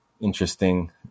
interesting